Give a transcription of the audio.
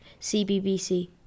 CBBC